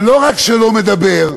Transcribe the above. ולא רק שלא מדבר,